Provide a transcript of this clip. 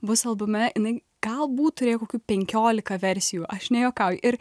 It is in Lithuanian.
bus albume jinai galbūt turėjo kokių penkiolika versijų aš nejuokauju ir